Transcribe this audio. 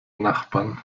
nachbarn